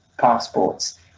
passports